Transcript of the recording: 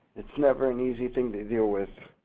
it's never an easy thing to deal with